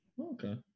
Okay